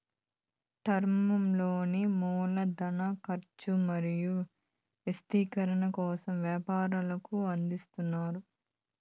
term లోన్లు మూల ధన కర్చు మరియు విస్తరణ కోసం వ్యాపారులకు అందిస్తారు